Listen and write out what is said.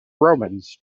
romans